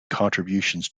contributions